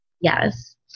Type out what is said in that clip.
Yes